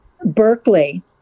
Berkeley